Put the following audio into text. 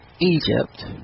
Egypt